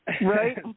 Right